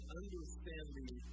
understanding